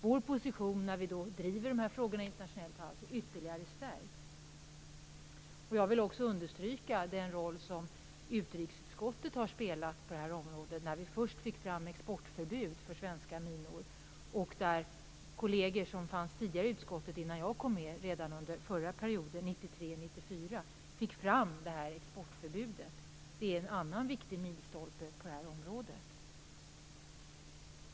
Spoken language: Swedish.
Vår position när vi driver frågorna internationellt har alltså ytterligare stärkts. Jag vill också understryka den roll som utrikesutskottet har spelat på det här området. Först fick vi fram exportförbud för svenska minor. Kollegor som satt i utskottet innan jag kom med, redan under den förra perioden 1993-1994, fick fram ett exportförbud. Det är en annan viktig milstolpe på det här området.